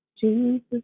Jesus